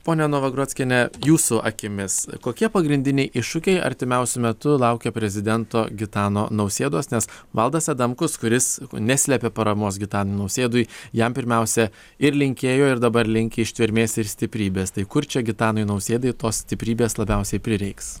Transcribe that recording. ponia novagrockiene jūsų akimis kokie pagrindiniai iššūkiai artimiausiu metu laukia prezidento gitano nausėdos nes valdas adamkus kuris neslepia paramos gitanui nausėdui jam pirmiausia ir linkėjo ir dabar linki ištvermės ir stiprybės tai kur čia gitanui nausėdai tos stiprybės labiausiai prireiks